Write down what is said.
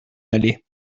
allait